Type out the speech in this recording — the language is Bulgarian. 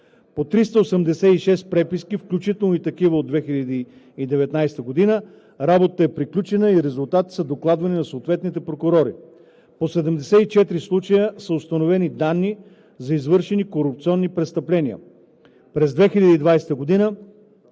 По 386 преписки, включително и такива от 2019 г., работата е приключена и резултатите са докладвани на съответните прокурори. По 74 случая са установени данни за извършени корупционни престъпления. През 2020 г.